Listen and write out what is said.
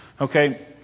Okay